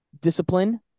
discipline